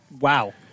Wow